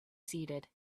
seated